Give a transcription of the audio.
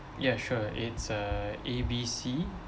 yeah sure it's uh A B C